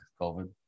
COVID